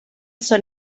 son